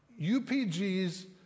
UPGs